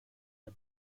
der